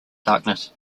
darkness